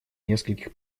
нескольких